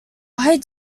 why